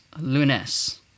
Lunes